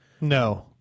No